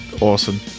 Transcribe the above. Awesome